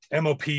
mop